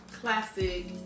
classic